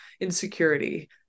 insecurity